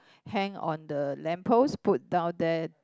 hang on the lamp post put down there